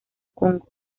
congo